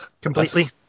completely